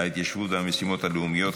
השנייה ובקריאה השלישית, ותיכנס לספר החוקים.